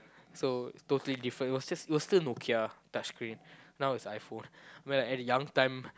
so totally different it was just it was still Nokia touch screen now it's iPhone when at a young time